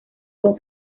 con